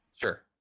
Sure